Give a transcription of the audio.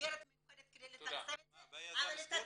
מסגרת מיוחדת כדי לתקצב את זה, אבל את התקצוב,